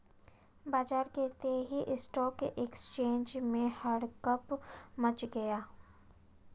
बाजार गिरते ही स्टॉक एक्सचेंज में हड़कंप मच गया